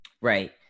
Right